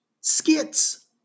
skits